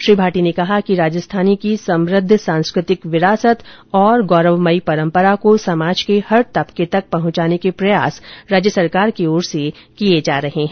श्री भाटी ने कहा कि राजस्थानी की समुद्ध सांस्कृतिक विरासत और गौरवमयी परम्परा को समाज के हर तबके तक पहुंचाने के प्रयास सरकार की ओर से किये जा रहे हैं